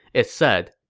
it said,